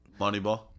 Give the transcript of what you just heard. moneyball